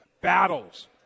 Battles